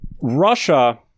russia